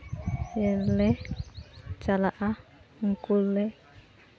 ᱞᱮ ᱪᱟᱞᱟᱜᱼᱟ ᱩᱱᱠᱩ ᱞᱮ